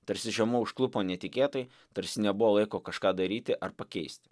tarsi žiema užklupo netikėtai tarsi nebuvo laiko kažką daryti ar pakeist